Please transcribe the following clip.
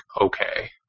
okay